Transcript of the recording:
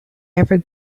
ever